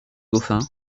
dauphin